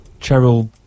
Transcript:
Cheryl